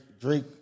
Drake